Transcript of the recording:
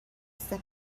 that